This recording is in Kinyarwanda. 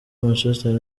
manchester